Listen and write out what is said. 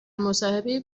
مصاحبهای